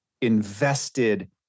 invested